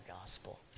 gospel